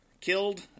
killed